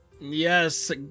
yes